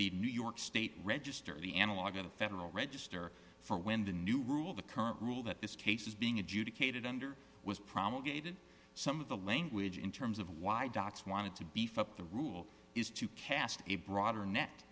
the new york state register the analog of the federal register for when the new rule the current rule that this case is being adjudicated under was promulgated some of the language in terms of why docs wanted to beef up the rule is to cast a broader net